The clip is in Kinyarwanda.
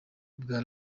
bwa